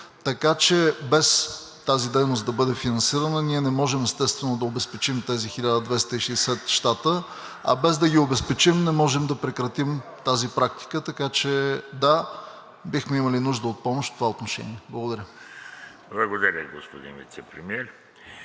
страната. Без тази дейност да бъде финансирана, ние не можем, естествено, да обезпечим тези 1260 щата, а без да ги обезпечим, не можем да прекратим тази практика. Така че, да, бихме имали нужда от помощ в това отношение. Благодаря. ПРЕДСЕДАТЕЛ ВЕЖДИ